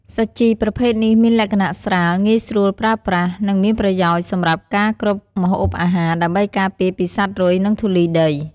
សាជីប្រភេទនេះមានលក្ខណៈស្រាល ងាយស្រួលប្រើប្រាស់ និងមានប្រយោជន៍សម្រាប់ការគ្របម្ហូបអាហារ ដើម្បីការពារពីសត្វរុយ ឬធូលីដី។